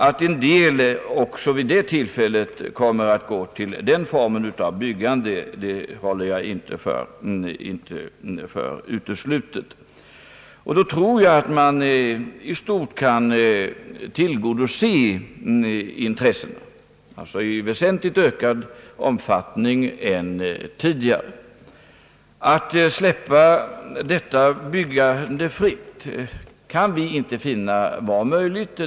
Att en del lägenheter också vid det tillfället kommer att gå till denna form av byggande håller jag inte för uteslutet. Då tror jag att man i stort kan tillgodose intresset i väsentligt ökad omfattning. Att släppa småhusbyggandet fritt kan vi inte finna vara möjligt.